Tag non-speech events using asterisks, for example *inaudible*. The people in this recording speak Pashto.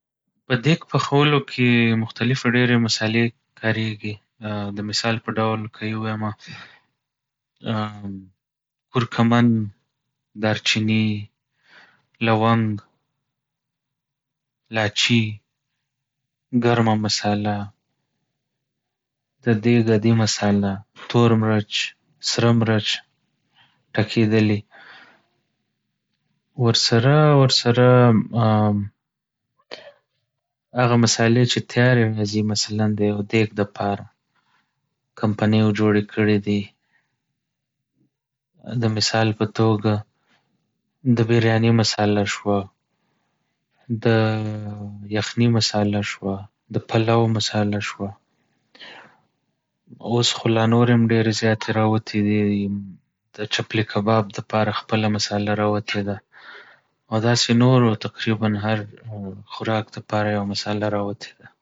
په دېګ پخولو کې مختلفې ډېرې مصالحې کاريږي، د مثال په ډول که يې ووايمه کورکمن، دارچيني، لونګ، لاچي، ګرمه مصالحه، د دېګ عادي مصالحه، تور مرچ، سره مرچ ټکېدلي. *hesitation* ورسره ورسره *noise* هغه مصالحې چې تيارې راځي مثلا د يو دېګ دپاره، کمپنیو جوړې کړي دي. د مثال په توګه د برياني مصالحه شوه، د يخني مصالحه شوه، د پلو مصالحه شوه. اوس خو لا نورې هم ډېرې زياتې راوتي دي، د چپلي کباب دپاره خپله مصالحه راوتې ده. او داسې نورو تقريبا هر خوراک دپاره يو مصالحه راوتې ده.